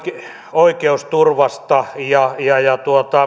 oikeusturvasta ja ja